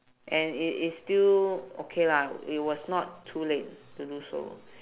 and it is still okay lah it was not too late to do so